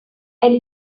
elle